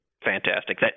Fantastic